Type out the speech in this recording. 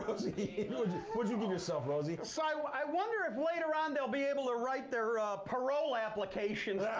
rosie. what'd you give yourself, rosie? so i wonder if later on they'll be able to write their parole applications